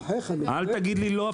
אל תגיד לי לא,